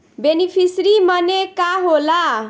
Beneficiary मने का होला?